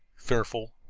fearful,